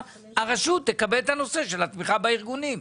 הרשות תקבל את הנושא של התמיכה בארגונים.